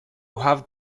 have